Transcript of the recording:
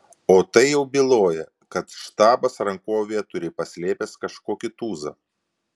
o tai jau byloja kad štabas rankovėje turi paslėpęs kažkokį tūzą